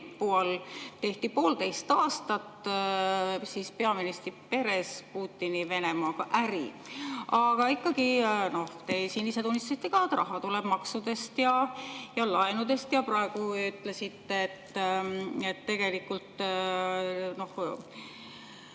tehti poolteist aastat peaministri peres Putini Venemaaga äri. Aga ikkagi, te ise ka tunnistasite, et raha tuleb maksudest ja laenudest, ja praegu ütlesite, et tegelikult